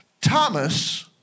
Thomas